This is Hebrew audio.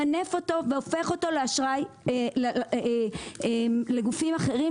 ממנף אותו והופך אותו לאשראי לגופים אחרים,